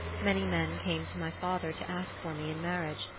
many men came to my father to ask for me in marriage,